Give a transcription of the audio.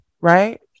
right